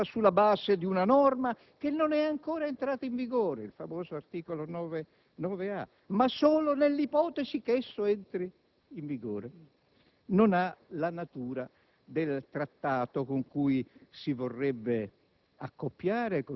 La seconda ragione è che la decisione del Parlamento europeo non ha né la legittimazione, né la natura per entrare a far corpo con il nuovo trattato di riforma, quello che i Governi sono in procinto di approvare.